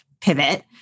pivot